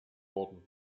worden